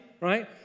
right